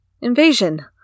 Invasion